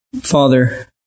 Father